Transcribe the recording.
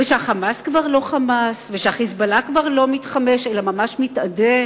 ושה"חמאס" כבר לא "חמאס" ושה"חיזבאללה" כבר לא מתחמש אלא ממש מתאדה.